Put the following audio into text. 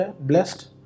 blessed